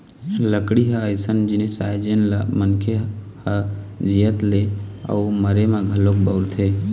लकड़ी ह अइसन जिनिस आय जेन ल मनखे ह जियत ले अउ मरे म घलोक बउरथे